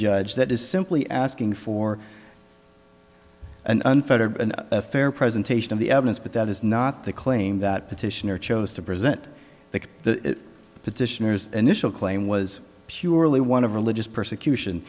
judge that is simply asking for an unfettered an affair presentation of the evidence but that is not the claim that petitioner chose to present that the petitioners initial claim was purely one of religious persecution